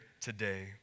today